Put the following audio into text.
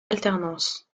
alternance